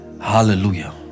Hallelujah